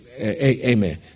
Amen